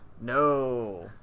No